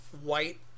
white